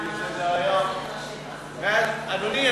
אדוני,